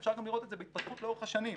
אפשר גם לראות את זה בהתפתחות לאורך השנים.